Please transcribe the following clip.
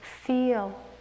feel